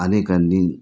अनेकांनी